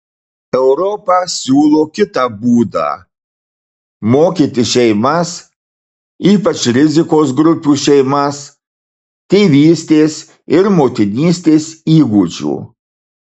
europa siūlo kitą būdą mokyti šeimas ypač rizikos grupių šeimas tėvystės ir motinystės įgūdžių